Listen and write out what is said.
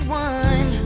one